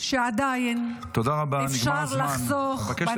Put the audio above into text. עדיין אפשר לחסוך -- תודה רבה.